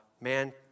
man